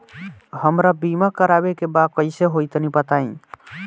हमरा बीमा करावे के बा कइसे होई तनि बताईं?